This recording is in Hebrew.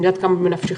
אני יודעת כמה זה בנפשך,